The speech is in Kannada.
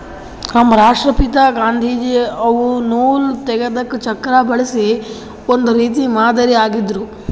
ನಮ್ ರಾಷ್ಟ್ರಪಿತಾ ಗಾಂಧೀಜಿ ಅವ್ರು ನೂಲ್ ತೆಗೆದಕ್ ಚಕ್ರಾ ಬಳಸಿ ಒಂದ್ ರೀತಿ ಮಾದರಿ ಆಗಿದ್ರು